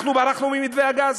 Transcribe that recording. אנחנו ברחנו ממתווה הגז?